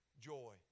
joy